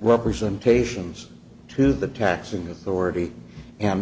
representations to the taxing authority a